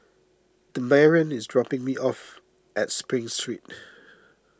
Demarion is dropping me off at Spring Street